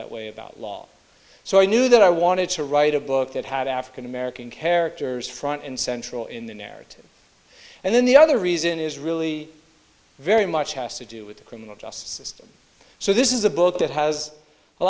that way about law so i knew that i wanted to write a book that had african american characters front and central in the narrative and then the other reason is really very much has to do with the criminal justice system so this is a book that has a